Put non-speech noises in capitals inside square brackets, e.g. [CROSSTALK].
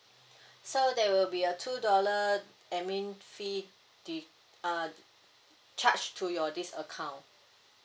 [BREATH] so there will be a two dollar admin fee did uh charged to your this account